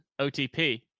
OTP